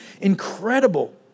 incredible